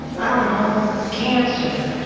i don't know. cancer.